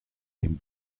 dem